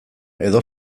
edo